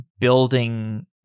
building